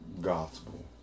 gospel